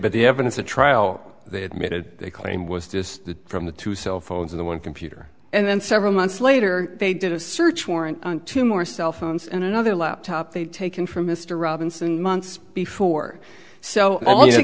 but the evidence a trial they admitted they claim was just from the two cell phones of the one computer and then several months later they did a search warrant on two more cell phones and another laptop they'd taken from mr robinson months before so